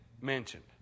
mentioned